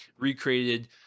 recreated